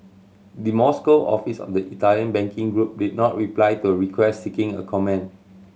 the Moscow office of the Italian banking group did not reply to a request seeking a comment